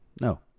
No